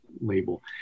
label